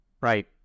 Right